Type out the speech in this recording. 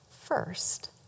first